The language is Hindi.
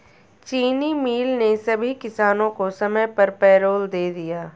चीनी मिल ने सभी किसानों को समय पर पैरोल दे दिया